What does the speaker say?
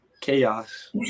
chaos